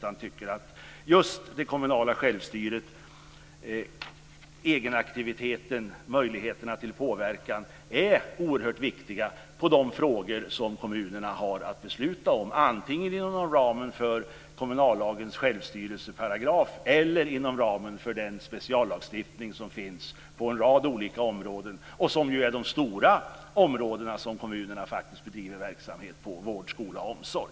Vi tycker att just det kommunala självstyret, egenaktiviteten, möjligheterna till påverkan är oerhört viktiga i de frågor kommunerna har att besluta om, antingen inom ramen för kommunallagens självstyrelseparagraf eller inom ramen för den speciallagstiftning som finns på en rad olika områden. Det senare är de stora områden där kommunerna bedriver verksamhet, nämligen vård, skola och omsorg.